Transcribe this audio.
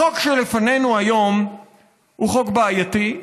החוק שלפנינו היום הוא חוק בעייתי,